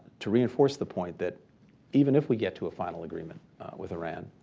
to reinforce the point that even if we get to a final agreement with iran,